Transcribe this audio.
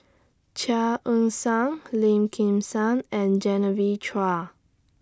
Chia Ann Siang Lim Kim San and Genevieve Chua